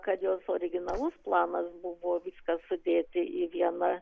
kad jos originalus planas buvo viską sudėti į vieną